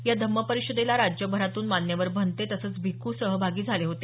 या धम्म परिषदेला राज्यभरातून मान्यवर भन्ते तसंच भिक्खू सहभागी झाले होते